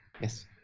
Yes